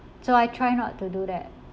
so I try not to do that